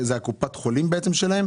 זה בעצם קופת החולים שלהם?